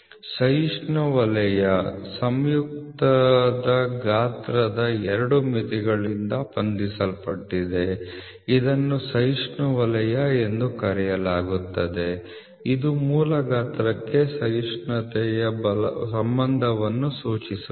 ಸಹಿಷ್ಣು ವಲಯ ಸಂಯುಕ್ತದ ಗಾತ್ರದ ಎರಡು ಮಿತಿಗಳಿಂದ ಬಂಧಿಸಲ್ಪಟ್ಟಿದೆ ಇದನ್ನು ಸಹಿಷ್ಣು ವಲಯ ಎಂದು ಕರೆಯಲಾಗುತ್ತದೆ ಇದು ಮೂಲ ಗಾತ್ರಕ್ಕೆ ಸಹಿಷ್ಣುತೆಯ ಸಂಬಂಧವನ್ನು ಸೂಚಿಸುತ್ತದೆ